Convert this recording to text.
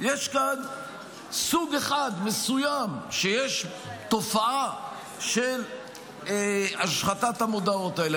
יש כאן סוג אחד מסוים שיש תופעה של השחתת המודעות האלה,